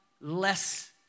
less